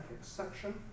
Section